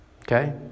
Okay